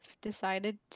decided